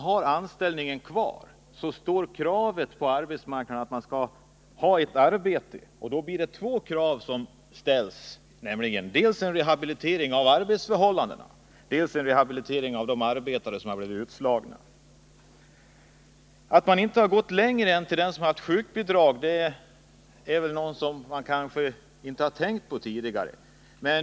Har man arbetet kvar blir det två krav som ställs: dels rehabilitering av arbetsförhållandena, dels rehabiliteringen av de arbetare som blivit utslagna. Att man inte gått längre än till den som har sjukbidrag är något som vi kanske inte tänkt på tidigare.